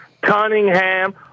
Cunningham